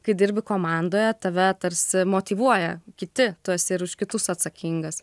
kai dirbi komandoje tave tarsi motyvuoja kiti tu esi už kitus atsakingas